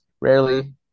rarely